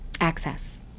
access